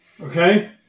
Okay